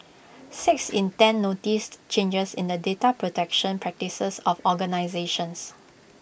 six in ten noticed changes in the data protection practices of organisations